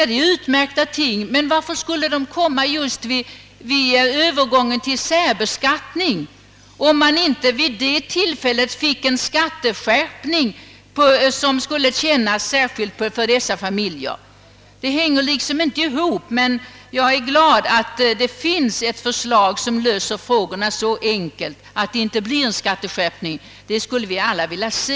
Det är utmärkta ting, men varför skulle de komma just vid övergången till en särbeskattning, om man inte vid det tillfället fick en skatteskärpning som skulle bli särskilt kännbar för dessa familjer? Resonemanget hänger liksom inte ihop. Jag skulle vara glad, om det finns ett förslag som löser frågorna så enkelt, att det inte blir någon skatteskärpning, men det skulle vi alla vilja se.